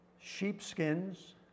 sheepskins